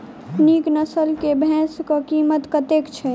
नीक नस्ल केँ भैंस केँ कीमत कतेक छै?